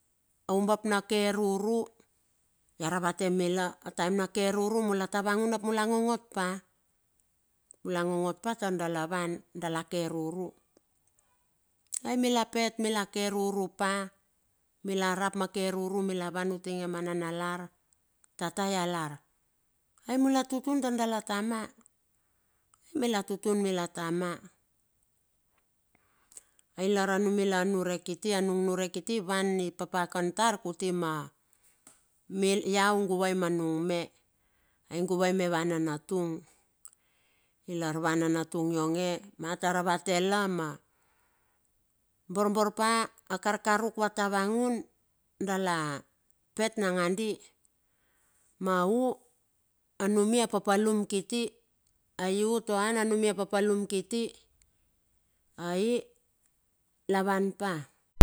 Oubap na keruru ia ravate mila, a taem na keruru mula tavangun ap mula ngo ngot pa, mula ngongot pa taur dala wan dala ke ruru, ai mila pet mila ke ruru pa. Mila rap ma ke ruru mila wan uting e ma nanalar, tata ia lar ou mu la tutun tar dala tama. Ai mila tutun mila tama, ai lar numila niurek kiti nung niurek kiti wan i papakan tar kuti me iau guvai manung me. ai guvai ma nanatung. Ilar a ananatung ionge na tar ravate la ma, borbor pa a karkaruk va tavangun dala pet nagandi, ma u anumi apapalum kiti, ai u toan anumi a papalum kiti, ai lavanpa.